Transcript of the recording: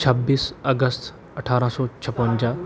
ਛੱਬੀ ਅਗਸਤ ਅਠਾਰਾਂ ਸੌ ਛਪੰਜਾ